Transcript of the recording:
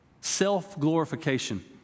self-glorification